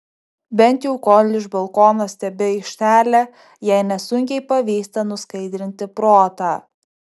bent jau kol iš balkono stebi aikštelę jai nesunkiai pavyksta nuskaidrinti protą